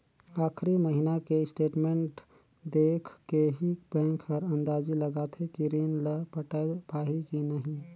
आखरी महिना के स्टेटमेंट देख के ही बैंक हर अंदाजी लगाथे कि रीन ल पटाय पाही की नही